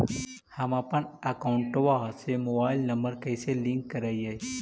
हमपन अकौउतवा से मोबाईल नंबर कैसे लिंक करैइय?